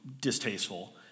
distasteful